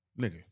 nigga